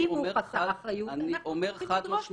אם הוא חסר אחריות, אנחנו